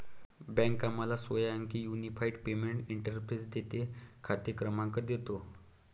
bank आम्हाला सोळा अंकी युनिफाइड पेमेंट्स इंटरफेस देते, खाते क्रमांक देतो